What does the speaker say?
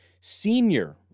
Senior